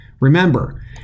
Remember